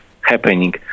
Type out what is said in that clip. happening